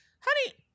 Honey